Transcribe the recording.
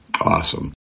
Awesome